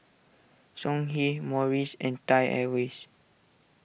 Songhe Morries and Thai Airways